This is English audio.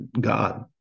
God